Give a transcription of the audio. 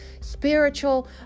spiritual